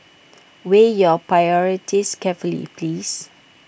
weigh your priorities carefully please